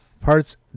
parts